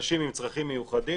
אנשים עם צרכים מיוחדים,